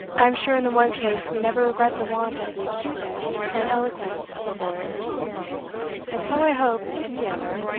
i am sure in the one case we never regret the want of the acuteness and eloquence of the lawyers and so, i hope, in the other,